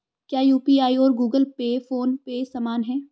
क्या यू.पी.आई और Google Pay PhonePe समान हैं?